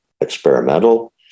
experimental